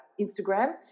Instagram